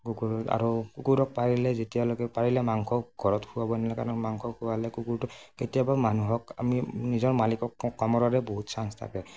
কুকুৰক আৰু কুকুৰক পাৰিলে যেতিয়ালৈকে পাৰিলে মাংস ঘৰত খোৱাব নিলে কাৰণ মাংস খোৱালে কুকুৰটো কেতিয়াবা মানুহক আমি নিজৰ মালিকক কামোৰাৰে বহুত চাঞ্চ থাকে